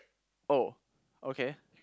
oh okay